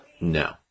No